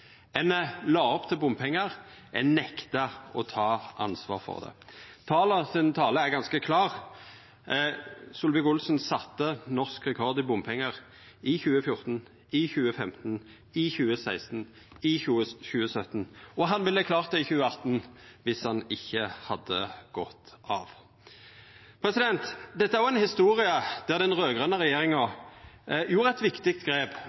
Ein la opp til bompengar, men ein nekta å ta ansvar for det. Tala sin tale er ganske klar: Solvik-Olsen sette norsk rekord i bompengar i 2014, i 2015, i 2016 og i 2017, og han ville klart det i 2018 om han ikkje hadde gått av. Dette er òg ei historie om at den raud-grøne regjeringa gjorde eit viktig grep